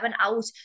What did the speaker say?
out